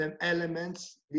elements